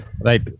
Right